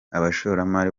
abashoramari